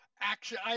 action